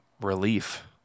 relief